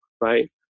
Right